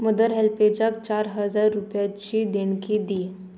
mother हेल्पेजाक चार हजार रुपयांची देणगी दी